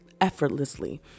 effortlessly